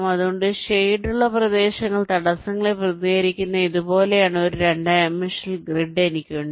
അതുകൊണ്ട് ഷേഡുള്ള പ്രദേശങ്ങൾ തടസ്സങ്ങളെ പ്രതിനിധീകരിക്കുന്ന ഇതുപോലെയുള്ള ഒരു 2 ഡൈമൻഷണൽ ഗ്രിഡ് എനിക്കുണ്ട്